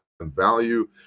value